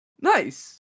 Nice